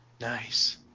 Nice